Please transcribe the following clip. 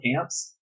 camps